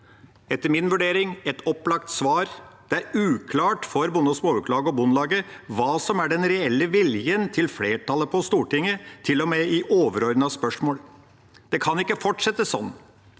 etter min vurdering et opplagt svar. Det er uklart for Norsk Bonde- og Småbrukarlag og Norges Bondelag hva som er den reelle viljen til flertallet på Stortinget, til og med i overordnete spørsmål. Det kan ikke fortsette sånn.